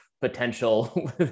potential